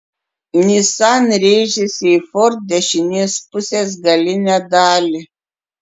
nissan rėžėsi į ford dešinės pusės galinę dalį